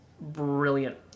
brilliant